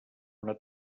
una